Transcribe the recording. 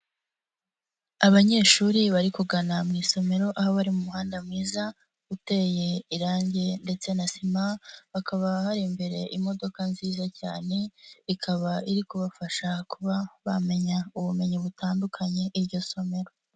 Abanyeshuri bari kugana mu isomero aho bari mu muhanda mwiza uteye irangi ndetse na sima hakaba hari imbere imodoka nziza cyane ikaba iri kubafasha kuba bamenya ubumenyi butandukanye iryo somero.